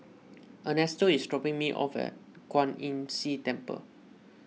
Ernesto is dropping me off at Kwan Imm See Temple